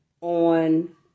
on